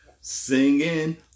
singing